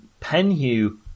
Penhu